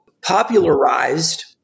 popularized